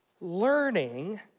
Learning